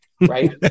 right